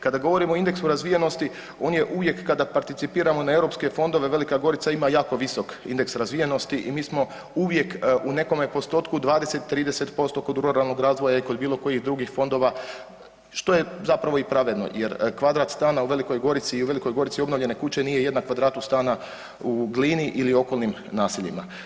Kada govorimo o indeksu razvijenosti, on je uvijek kada participiramo na europske fondove, Velika Gorica ima jako visok indeks razvijenosti i mi smo uvijek u nekome postotku 20, 30% kod ruralnog razvoja i kod bilo kojih drugih fondova, što je zapravo i pravedno jer kvadrat stana u Velikoj Gorici i u Velikoj Gorici obnovljene kuće nije jednak kvadratu stana u Glini ili okolnim naseljima.